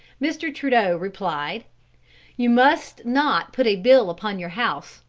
mr. trudeau replied you must not put a bill upon your house,